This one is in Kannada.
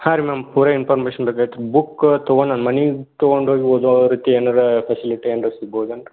ಹಾಂ ರೀ ಮ್ಯಾಮ್ ಪೂರ ಇನ್ಫಾರ್ಮೆಶನ್ ಬೇಕಾಗಿತ್ತು ರೀ ಬುಕ್ ತಗೊಂಡು ನಾನು ಮನಿಗೆ ತಗೊಂಡು ಹೋಗಿ ಓದೋ ರೀತಿ ಏನರಾ ಫೆಸಿಲಿಟಿ ಏನ್ರ ಸಿಗ್ಬೋದಾ ಏನು ರೀ